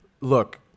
Look